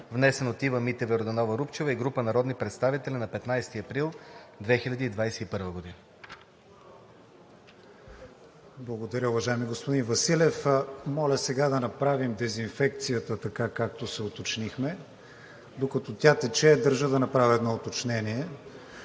внесен от Ива Митева Йорданова-Рупчева и група народни представители на 15 април 2021 г.“. ПРЕДСЕДАТЕЛ КРИСТИАН ВИГЕНИН: Благодаря, уважаеми господин Василев. Моля, сега да направим дезинфекцията, така, както се уточнихме. Докато тя тече, държа да направя едно уточнение,